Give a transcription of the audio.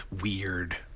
weird